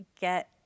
get